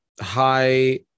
high